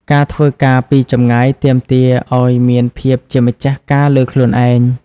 ការធ្វើការពីចម្ងាយទាមទារឱ្យមានភាពជាម្ចាស់ការលើខ្លួនឯង។